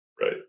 Right